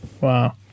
Wow